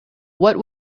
what